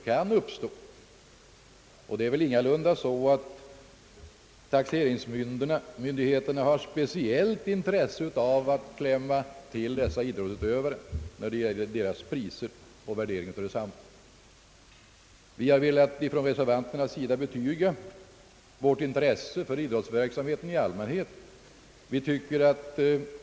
Taxeringsmyndigheterna har ingalunda något speciellt intresse av att klämma till idrottsutövarna vid värderingen av deras priser. Vi reservanter har velat betyga vårt intresse för idrottsverksamheten i allmänhet.